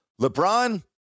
LeBron